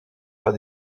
pas